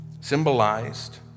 symbolized